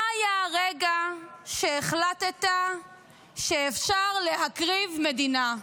מה היה הרגע שהחלטת שאפשר להקריב מדינה?